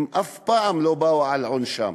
הם אף פעם לא באו על עונשם.